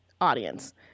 audience